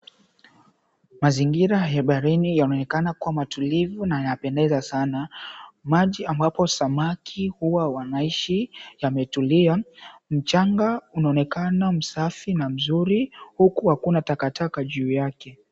Mazingira ya baharini yanaonekana kuwa matulivu na yanapendeza sana. Maji ambapo samaki huwa wanaishi yametulia. Mchanga unaonekana msafi na mzuri, huku hakuna takataka juu yake.